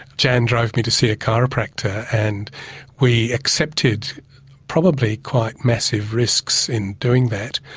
jan drove me to see a chiropractor and we accepted probably quite massive risks in doing that,